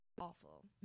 Awful